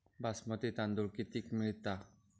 बासमती तांदूळ कितीक मिळता?